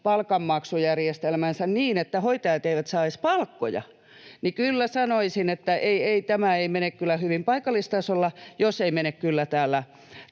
palkanmaksujärjestelmänsä niin, että hoitajat eivät saa edes palkkoja. Kyllä sanoisin, että ei, ei, tämä ei mene kyllä hyvin paikallistasolla, jos ei mene kyllä täällä